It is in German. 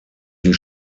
die